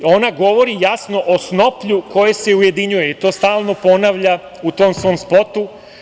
Ona govori jasno o snoplju koje se ujedinjuje i to stalno ponavlja u tom svom spotu.